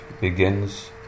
begins